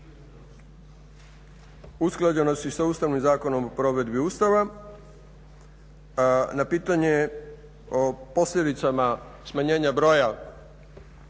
o usklađenosti sa Ustavnim zakonom o provedbi Ustava, na pitanje o posljedicama smanjenja broja